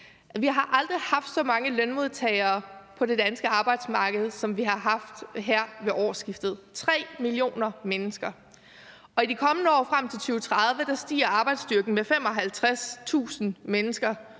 Vi har aldrig haft så mange lønmodtagere på det danske arbejdsmarked, som vi har haft her ved årsskiftet – 3 millioner mennesker – og i de kommende år frem til 2030 stiger arbejdsstyrken med 55.000 mennesker,